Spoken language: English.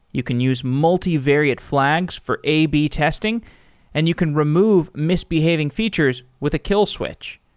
you can use multivariate flags for a b testing and you can remove misbehaving features with a kill switch.